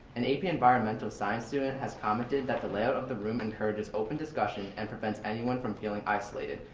an ap environmental science student has commented that the layout of the room encourages open discussion and prevents anyone from feeling isolated,